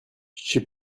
she